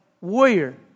warrior